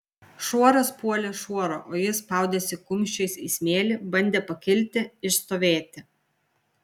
šuoras puolė šuorą o jis spaudėsi kumščiais į smėlį bandė pakilti išstovėti